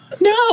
no